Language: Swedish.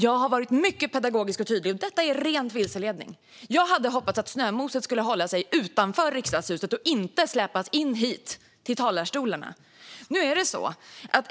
Jag har varit mycket pedagogisk och tydlig. Detta är ren vilseledning. Jag hade hoppats att snömoset skulle hålla sig utanför Riksdagshuset och inte släpas in hit till talarstolarna.